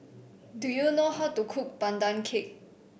do you know how to cook Pandan Cake